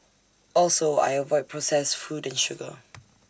also I avoid processed food and sugar